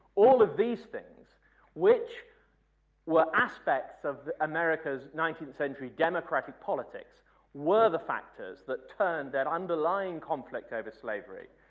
all of these things which were aspects of america's nineteenth century democratic politics were the factors that turned that underlying conflict over slavery